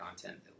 content